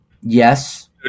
Yes